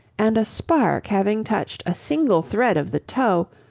and a spark having touched a single thread of the tow,